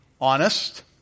honest